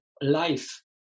life